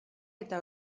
eta